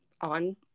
on